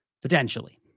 Potentially